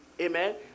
Amen